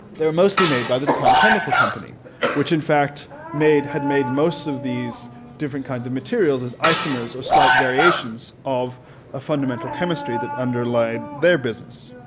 they were mostly made by the dupont chemical company which in fact had made most of these different kinds of materials as isomers or slight variations of a fundamental chemistry that underlied their business.